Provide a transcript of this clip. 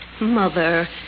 Mother